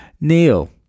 Neil